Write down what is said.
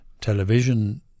television